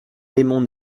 raymond